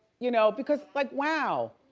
you know, because like, wow.